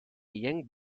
young